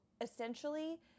essentially